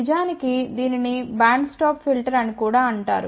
నిజానికి దీనిని band stop filter అని కూడా అంటారు